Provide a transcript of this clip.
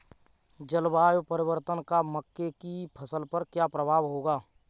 जलवायु परिवर्तन का मक्के की फसल पर क्या प्रभाव होगा?